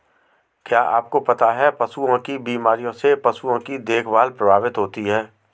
क्या आपको पता है पशुओं की बीमारियों से पशुओं की देखभाल प्रभावित होती है?